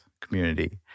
community